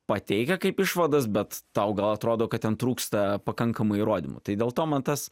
pateikia kaip išvadas bet tau gal atrodo kad ten trūksta pakankamai įrodymų tai dėl to man tas